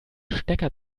stecker